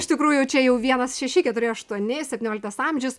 iš tikrųjų čia jau vienas šeši keturi aštuoni septynioliktas amžius